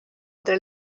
entre